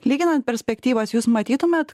lyginant perspektyvas jūs matytumėt